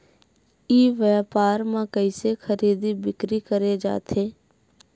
ई व्यापार म कइसे खरीदी बिक्री करे जाथे?